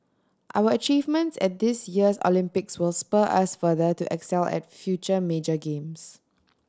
our achievements at this year's Olympics will spur us further to excel at future major games